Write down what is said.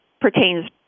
pertains